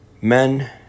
men